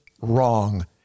wrong